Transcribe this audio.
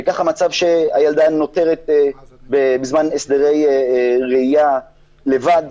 כך נוצר מצב שהילדה נותרת בזמן הסדרי ראיה לבד